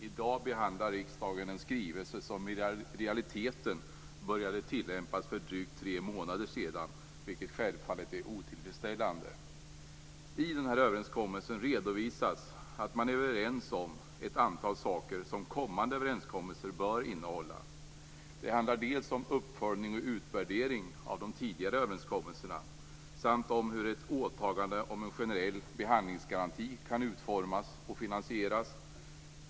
I dag behandlar riksdagen en skrivelse som i realiteten började tillämpas för drygt tre månader sedan, vilket självfallet är otillfredsställande. I överenskommelsen redovisas att man är överens om en mängd saker som kommande överenskommelser bör innehålla. Det handlar dels om uppföljning och utvärdering av de tidigare överenskommelserna, dels hur ett åtagande av en generell behandlingsgaranti kan utformas och finansieras.